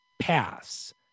pass